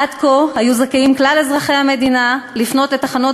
עד כה היו זכאים כלל אזרחי המדינה לפנות לתחנות